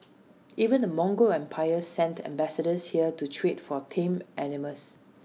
even the Mongol empire sent ambassadors here to trade for tame animals